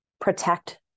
protect